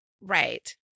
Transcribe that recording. Right